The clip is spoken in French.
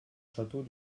château